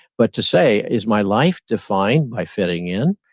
but to say, is my life defined by fitting in?